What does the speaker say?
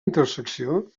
intersecció